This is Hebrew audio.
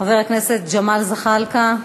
חבר הכנסת ג'מאל זחאלקה,